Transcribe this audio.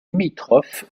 limitrophe